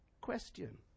question